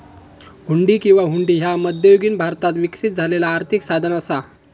हुंडी किंवा हुंडी ह्या मध्ययुगीन भारतात विकसित झालेला आर्थिक साधन असा